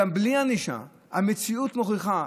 גם בלי ענישה המציאות מוכיחה,